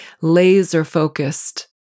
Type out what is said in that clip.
laser-focused